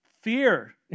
Fear